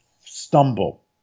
stumble